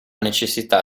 necessità